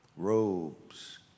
robes